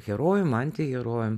herojum antiherojum